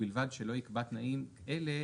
ובלבד שלא יקבע תנאים אלה,